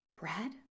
Brad